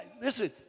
listen